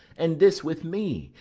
and this with me,